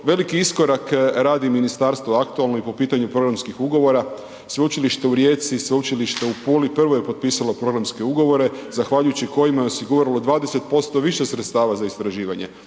veliki iskorak radi ministarstva aktualno i po pitanju programskih ugovora. Sveučilište u Rijeci, Sveučilište u Puli, prvo je potpisalo programske ugovore zahvaljujući kojima je osiguralo 20% više sredstava za istraživanje,